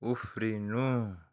उफ्रिनु